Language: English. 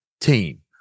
team